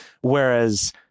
Whereas